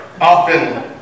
often